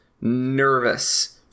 nervous